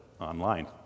online